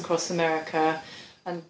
across america and